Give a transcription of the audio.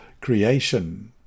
creation